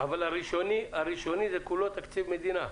אבל הראשוני זה כולו תקציב מדינה?